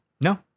No